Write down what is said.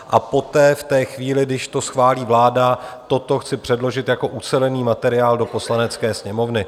A poté v té chvíli, když to schválí vláda, toto chci předložit jako ucelený materiál do Poslanecké sněmovny.